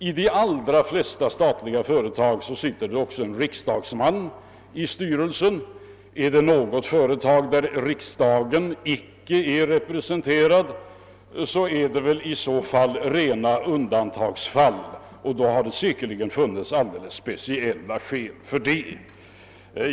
I de flesta statliga företag sitter det en riksdagsman i styrelsen — om det förekommer något undantagsfall där det inte är så, har det säkerligen funnits speciella skäl för det.